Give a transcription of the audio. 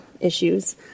issues